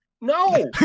no